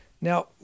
Now